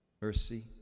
Mercy